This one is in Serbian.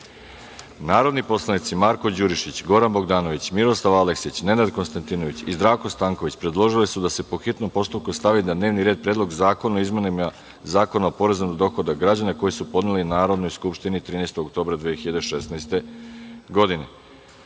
predlog. Narodni poslanici Marko Đurišić, Goran Bogdanović, Miroslav Aleksić, Nenad Konstantinović i Zdravko Stanković, predložili su da se po hitnom postupku stavi na dnevni red Predlog zakona o izmenama Zakona o porezu na dohodak građana, koji su podneli Narodnoj skupštini 13. oktobra 2016.